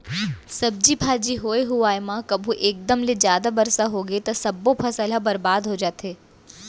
सब्जी भाजी होए हुवाए म कभू एकदम ले जादा बरसा होगे त सब्बो फसल ह बरबाद हो जाथे